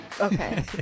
Okay